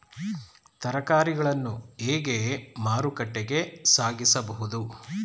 ತರಕಾರಿಗಳನ್ನು ಹೇಗೆ ಮಾರುಕಟ್ಟೆಗೆ ಸಾಗಿಸಬಹುದು?